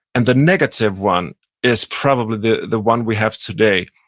and the negative one is probably the the one we have today,